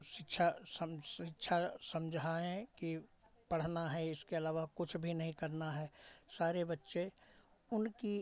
शिक्षा सम् शिक्षा समझाएँ कि पढ़ना है इसके अलावा कुछ भी नहीं करना है सारे बच्चे उनकी